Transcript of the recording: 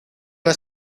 una